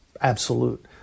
absolute